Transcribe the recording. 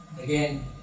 again